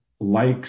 likes